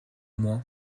moins